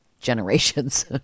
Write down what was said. generations